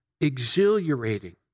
exhilarating